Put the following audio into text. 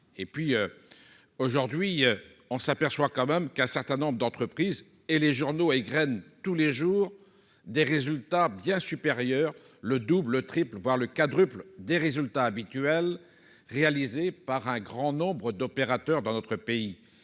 aujourd'hui on s'aperçoit quand même qu'un certain nombre d'entreprises et les journaux égrène tous les jours des résultats bien supérieurs, le double, triple voire le quadruple des résultats habituels réalisés par un grand nombre d'opérateurs dans notre pays